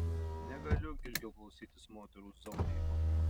negaliu ilgiau klausytis moterų zaunijimo